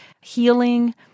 healing